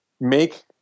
make